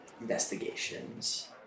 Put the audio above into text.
investigations